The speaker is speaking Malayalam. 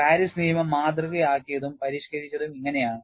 പാരീസ് നിയമം മാതൃകയാക്കിയതും പരിഷ്ക്കരിച്ചതും ഇങ്ങനെയാണ്